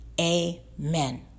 Amen